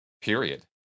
period